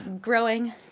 growing